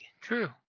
True